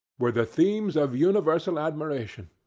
were the themes of universal admiration.